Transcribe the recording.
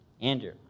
Andrew